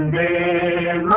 and a a